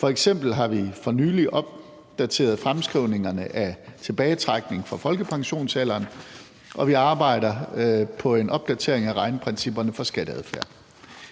F.eks. har vi for nylig opdateret fremskrivningerne af tilbagetrækning med hensyn til folkepensionsalderen, og vi arbejder på en opdatering af regneprincipperne for skatteadfærd.